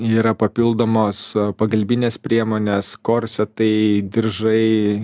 yra papildomos pagalbinės priemonės korsetai diržai